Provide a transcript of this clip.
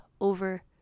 over